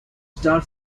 star